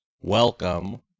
welcome